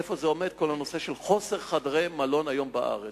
איפה עומד כל הנושא של חוסר בחדרי מלון היום בארץ?